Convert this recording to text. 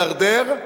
יידרדר,